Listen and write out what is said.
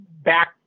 back